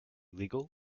legal